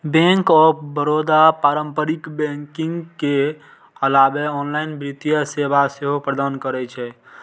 bank of Baroda पारंपरिक banking के अलावे ऑनलाइन वित्तीय सेवा सेहो प्रदान करै छै